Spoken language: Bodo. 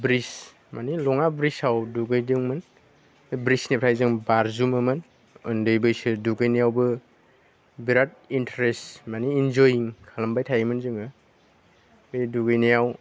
ब्रिद्स माने लङा ब्रिसाव दुगैदोंमोन ब्रिद्सनिफ्राय जों बारजुमोमोन उन्दै बैसोर दुगैनायावबो बिरात इन्टारेस्त माने इन्जयिं खालामबाय थायोमोन जोङो बे दुगैनायाव